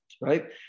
right